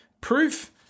proof